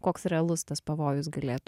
koks realus tas pavojus galėtų